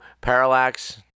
Parallax